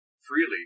freely